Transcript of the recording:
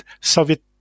soviet